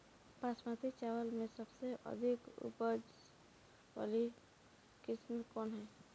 बासमती चावल में सबसे अधिक उपज वाली किस्म कौन है?